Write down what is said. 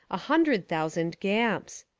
a hundred thousand gamps.